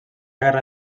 guerra